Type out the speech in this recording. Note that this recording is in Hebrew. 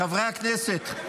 חברי הכנסת.